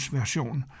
version